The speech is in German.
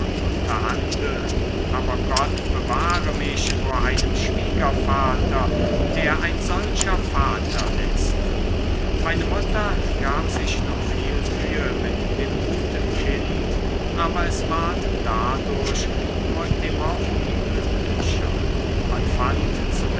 und unterhandeln aber gott bewahre mich vor einem schwiegervater der ein solcher vater ist meine mutter gab sich noch viel mühe mit dem guten kinde aber es ward dadurch nur immer unglücklicher man fand